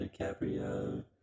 DiCaprio